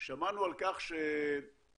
שמענו על כך ששברון